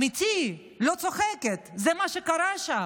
אמיתי, לא צוחקת, זה מה שקרה שם.